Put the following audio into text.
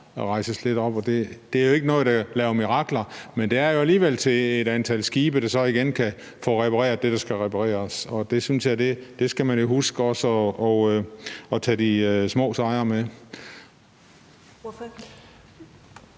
gøres noget ved. Det er jo ikke noget, der laver mirakler, men det er jo alligevel til et antal skibe, der så igen kan få repareret det, der skal repareres, og man skal jo huske også at tage de små sejre med.